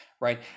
right